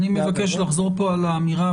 התש"ל-1970,"; אני מבקש לחזור פה על האמירה,